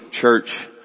church